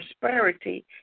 prosperity